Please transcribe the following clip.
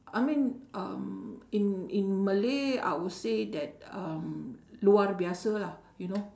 I mean um in in malay I would say that um luar biasa lah you know